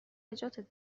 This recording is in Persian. نجاتت